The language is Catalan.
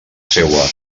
seua